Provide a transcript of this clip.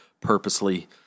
purposely